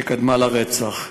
שקדמה לרצח,